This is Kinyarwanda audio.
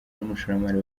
n’umushoramari